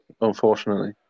unfortunately